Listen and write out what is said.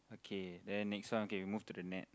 k then next one okay move to the net